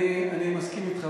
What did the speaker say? אני מסכים אתך,